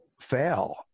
Fail